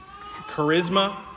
charisma